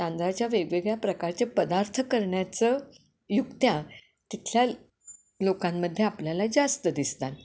तांदळाच्या वेगवेगळ्या प्रकारचे पदार्थ करण्याचं युक्त्या तिथल्या लोकांमध्ये आपल्याला जास्त दिसतात